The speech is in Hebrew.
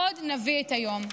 עוד נביא את היום.